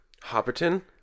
Hopperton